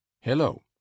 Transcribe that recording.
hello